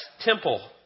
temple